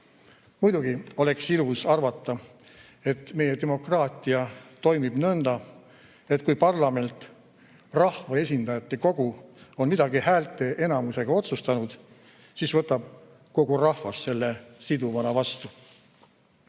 Muidugi oleks ilus arvata, et meie demokraatia toimib nõnda, et kui parlament, rahva esindajate kogu, on midagi häälteenamusega otsustanud, siis võtab kogu rahvas selle siduvana vastu.